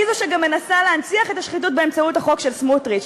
היא זו שגם מנסה להנציח את השחיתות באמצעות החוק של סמוטריץ,